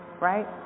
right